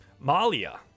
malia